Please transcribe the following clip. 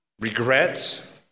regrets